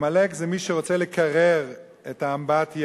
עמלק זה מי שרוצה לקרר את האמבטיה,